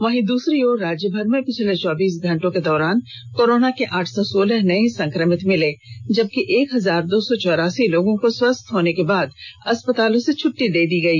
वहीं दूसरी ओर राज्यभर में पिछले चौबीस घंटे के दौरान कोरोना के आठ सौ सोलह नये संक्रमित मिले जबकि एक हजार दो सौ चौरासी लोगों को स्वस्थ होने के बाद अस्पतालों से छुट्टी दे दी गई